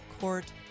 Court